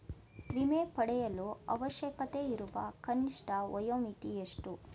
ವಿಮೆ ಪಡೆಯಲು ಅವಶ್ಯಕತೆಯಿರುವ ಕನಿಷ್ಠ ವಯೋಮಿತಿ ಎಷ್ಟು?